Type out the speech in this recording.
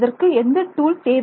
அதற்கு எந்த டூல் தேவை